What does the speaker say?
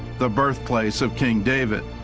the birthplace of king david.